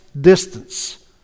distance